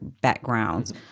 backgrounds